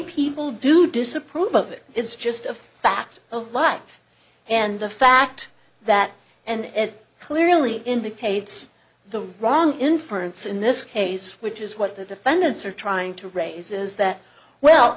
people do disapprove of it it's just a fact of life and the fact that and it clearly indicates the wrong inference in this case which is what the defendants are trying to raise is that well